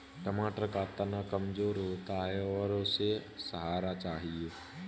टमाटर का तना कमजोर होता है और उसे सहारा चाहिए